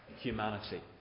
humanity